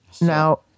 Now